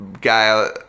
guy